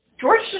George